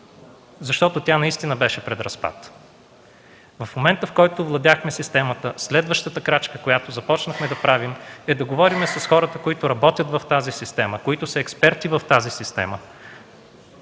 защото тя наистина беше пред разпад. В момента, в който овладяхме системата, следващата крачка, която започнахме да правим, е да говорим с хората, които работят в тази система, които са експерти в тази система,